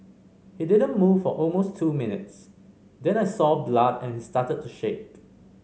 he didn't move for almost two minutes then I saw blood and he started to shake